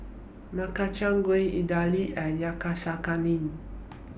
Makchang Gui Idili and Yakizakana